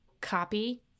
copy